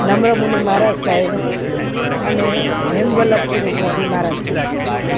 નમ્રમુનિ મહારાજ સાહેબ અને હેમવલભ સુરેશ્વરજી મહારાજ સાહેબ